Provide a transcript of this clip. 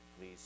please